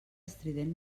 estrident